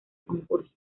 concursos